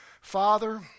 Father